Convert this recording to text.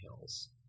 hills